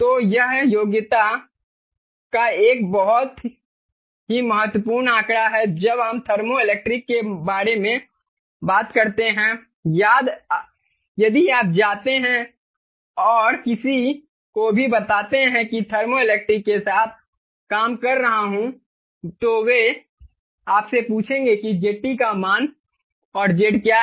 तो यह योग्यता का एक बहुत ही महत्वपूर्ण आंकड़ा है जब हम थर्मोइलेक्ट्रिक के बारे में बात करते हैं यदि आप जाते हैं और किसी को भी बताते हैं कि मैं थर्मोइलेक्ट्रिक के साथ काम कर रहा हूं तो वे आपसे पूछेंगे कि ZT का मान और Z क्या है